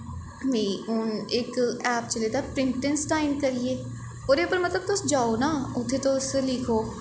में हून इक ऐप च दिक्खेआ प्रिंटिंग स्टाईन करियै ओह्दे पर मतलब तुस जाओ ना उत्थें तुस लिखो